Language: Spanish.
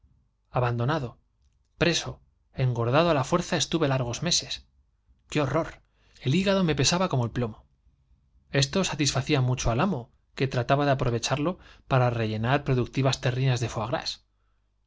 abandonado preso engordado á la fuerza estuve largos meses i qué horror el el plomo esto satisfacía hígado me pesaba como mucho al amo que trataba de aprovecharlo para rellenar productivas terrinas de